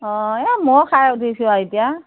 অ এই মইও খাই উঠিছোঁ আৰু এতিয়া